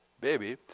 baby